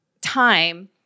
time